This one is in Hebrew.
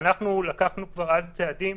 כבר אז נקטנו בצעדים.